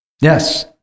Yes